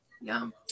Yum